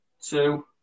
two